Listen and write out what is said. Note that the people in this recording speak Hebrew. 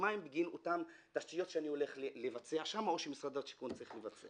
המים בגין אותן תשתיות שאני הולך לבצע שם או שמשרד השיכון צריך לבצע.